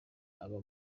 aba